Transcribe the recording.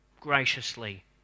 graciously